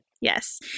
Yes